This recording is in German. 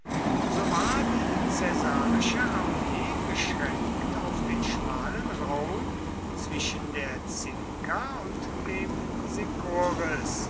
so war die caesarische armee beschränkt auf den schmalen raum zwischen der cinca und dem